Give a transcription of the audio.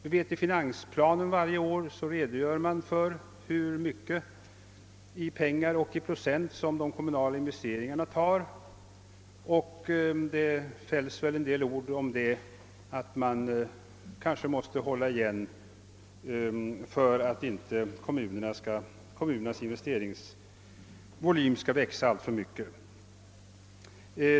I finansplanen redogöres varje år för hur mycket i pengar och procent som de kommunala investeringarna tar i anspråk, och det sägs väl ibland en del om att man kanske måste hålla igen för att kommunernas investeringsvolym inte skall växa alltför mycket.